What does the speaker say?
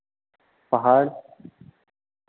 पहाड़